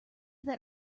that